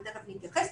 ותיכף נתייחס,